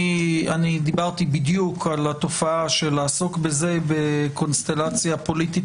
אני דיברתי בדיוק על התופעה של לעסוק בזה בקונסטלציה פוליטית